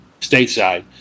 stateside